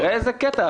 תראה, איזה קטע.